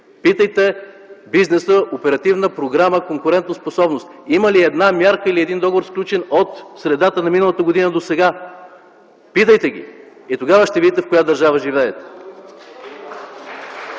Питайте бизнеса по оперативна програма „Конкурентоспособност” има ли една мярка или един договор, сключен от средата на миналата година досега? Питайте ги и тогава ще видите в коя държава живеем.